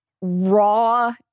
raw